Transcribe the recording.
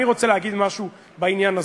אני רוצה להגיד משהו בעניין הזה.